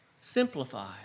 Simplify